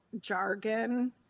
jargon